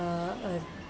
uh